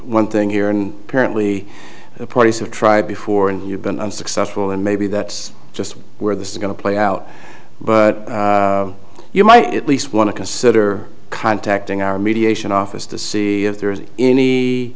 one thing here and apparently the parties have tried before and you've been unsuccessful and maybe that's just where this is going to play out but you might at least want to consider contacting our mediation office to see if there is any